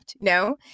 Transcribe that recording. no